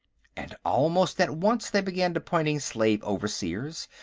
and almost at once, they began appointing slave overseers,